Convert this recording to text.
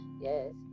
Yes